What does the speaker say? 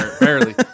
barely